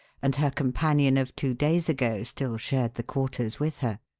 and her companion of two days ago still shared the quarters with her.